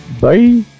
Bye